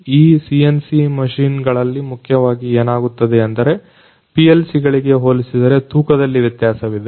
ಈ CNC machine ಗಳಲ್ಲಿ ಮುಖ್ಯವಾಗಿ ಏನಾಗುತ್ತದೆಯೆಂದರೆ PLC ಗಳಿಗೆ ಹೋಲಿಸಿದರೆ ತೂಕದಲ್ಲಿ ವ್ಯತ್ಯಾಸವಿದೆ